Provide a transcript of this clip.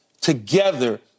together